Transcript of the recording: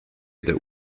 that